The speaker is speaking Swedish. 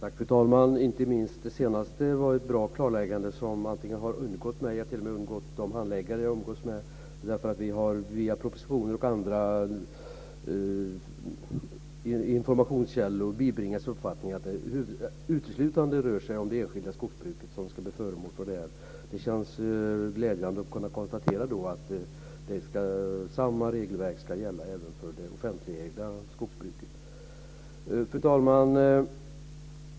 Fru talman! Inte minst det senaste var ett bra klarläggande som har undgått mig och t.o.m. de handläggare som jag har haft kontakt med. Via propositioner och andra informationskällor har vi bibringats uppfattningen att det uteslutande är det enskilda skogsbruket som ska bli föremål för detta. Det känns glädjande att samma regelverk ska gälla även för det offentligt ägda skogsbruket. Fru talman!